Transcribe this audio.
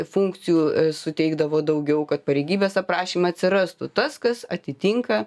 funkcijų suteikdavo daugiau kad pareigybės aprašyme atsirastų tas kas atitinka